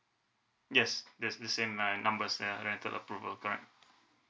yes that's the same uh numbers the rental approval correct